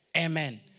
Amen